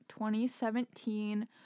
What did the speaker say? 2017